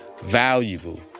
valuable